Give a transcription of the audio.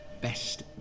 best